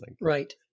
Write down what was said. Right